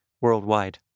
worldwide